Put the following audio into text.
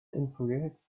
infuriates